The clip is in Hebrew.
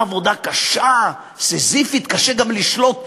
עבודה קשה, סיזיפית, קשה גם לשלוט באנשים,